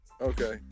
Okay